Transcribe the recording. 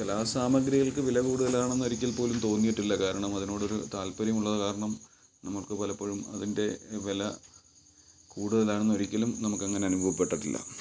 കലാ സാമഗ്രികൾക്ക് വില കൂടുതലാണെന്ന് ഒരിക്കൽപോലും തോന്നിയിട്ടില്ല കാരണം അതിനോടൊരു താൽപ്പര്യം ഉള്ളത് കരണം നമുക്ക് പലപ്പോഴും അതിൻ്റെ വില കൂടുതലാന്ന് ഒരിക്കലും നമുക്കങ്ങനെ അനുഭവപ്പെട്ടട്ടില്ല